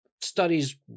studies